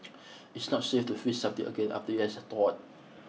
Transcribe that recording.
it's not safe to freeze something again after it has thawed